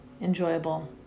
enjoyable